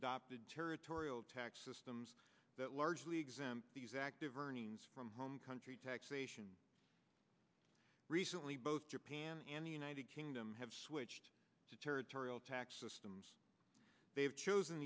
adopted territorial tax systems that largely exempt these active earnings from home country taxation recently both japan and the united kingdom have switched to territorial tax systems they've chosen